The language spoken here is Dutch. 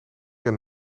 een